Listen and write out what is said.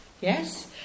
yes